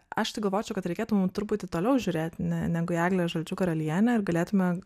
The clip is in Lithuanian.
aš tai galvočiau kad reikėtų mum truputį toliau žiūrėt ne negu į eglę žalčių karalienę ir galėtume